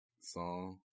song